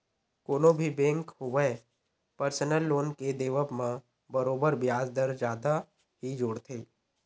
कोनो भी बेंक होवय परसनल लोन के देवब म बरोबर बियाज दर जादा ही जोड़थे